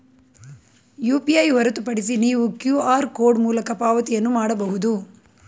UPI ಹೊರತುಪಡಿಸಿ ನೀವು QR code ಮೂಲಕ ಪಾವತಿಯನ್ನು ಮಾಡಬಹುದು